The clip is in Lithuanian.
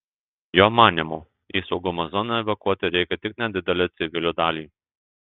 jo manymu į saugumo zoną evakuoti reikia tik nedidelę civilių dalį